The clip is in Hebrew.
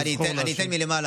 אני אתן מלמעלה.